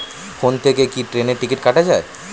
Phone থেকে কি ট্রেনের টিকিট কাটা য়ায়?